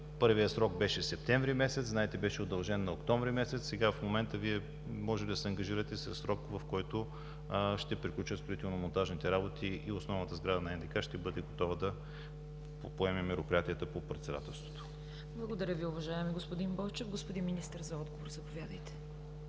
първият срок беше септември месец, знаете, беше удължен на октомври месец. Сега в момента Вие може да се ангажирате със срок, в който ще приключат строително-монтажните работи и основната сграда на НДК ще бъде готова да поеме мероприятията по председателството. ПРЕДСЕДАТЕЛ ЦВЕТА КАРАЯНЧЕВА: Благодаря Ви, уважаеми господин Бойчев. Господин министър, заповядайте